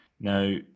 Now